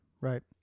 right